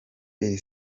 iri